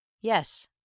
Yes